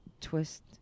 Twist